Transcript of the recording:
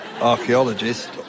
archaeologist